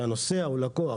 הנוסע הוא לקוח,